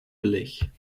beleg